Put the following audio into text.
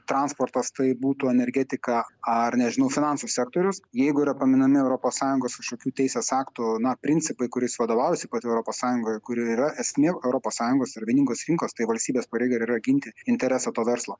transportas tai būtų energetika ar nežinau finansų sektorius jeigu yra paminami europos sąjungos kažkokių teisės aktų na principai kuriais vadovaujasi pati europos sąjunga kurie ir yra esmė europos sąjungos ir vieningos rinkos tai valstybės pareiga ir yra ginti interesą to verslo